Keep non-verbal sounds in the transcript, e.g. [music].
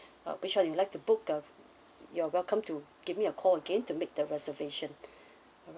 uh which one you'd like to book um you're welcome to give me a call again to make the reservation [breath] alright